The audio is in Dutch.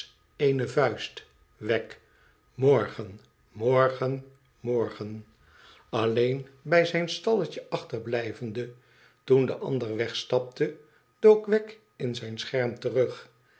eene vuist wegg morgen morgen morgen alleen bij zijn stalletje achterblijvende toen de ander wegstapte dook wegg in zijn scherm terug